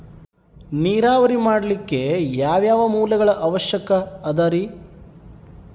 ನೇರಾವರಿ ಮಾಡಲಿಕ್ಕೆ ಯಾವ್ಯಾವ ಮೂಲಗಳ ಅವಶ್ಯಕ ಅದರಿ?